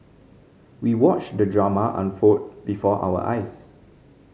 we watched the drama unfold before our eyes